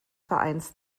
vereins